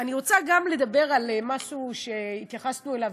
אני רוצה לדבר על משהו שהתייחסנו אליו